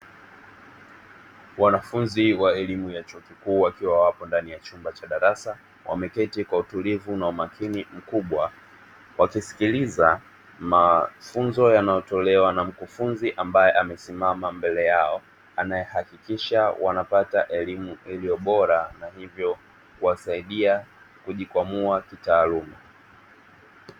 Wanafunzi wa elimu ya chuo kikuu wakiwa wapo ndani ya chumba cha darasa, wameketi kwa utulivu na umakini mkubwa, wakisikiliza mafunzo yanayotolewa na mkufunzi ambaye amesimama mbele yao; anayehakikisha wanapata elimu iliyo bora na hivyo kuwasaidia kujikwamua kitaaluma.